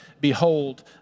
Behold